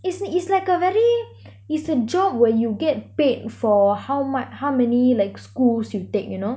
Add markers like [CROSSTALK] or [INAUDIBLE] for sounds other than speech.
is it~ it's like a very [BREATH] it's a job where you get paid for how much how many like schools you take you know